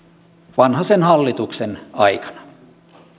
vanhasen hallituksen aikana